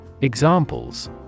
Examples